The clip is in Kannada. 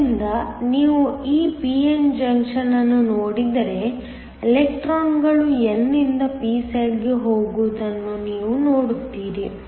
ಆದ್ದರಿಂದ ನೀವು ಈ p n ಜಂಕ್ಷನ್ ಅನ್ನು ನೋಡಿದರೆ ಎಲೆಕ್ಟ್ರಾನ್ಗಳು n ನಿಂದ p ಸೈಡ್ಗೆ ಹೋಗುವುದನ್ನು ನೀವು ನೋಡುತ್ತೀರಿ